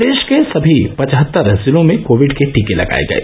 प्रदेश के सभी पचहत्तर जिलों में कोविड के टीके लगाये गये